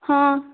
ହଁ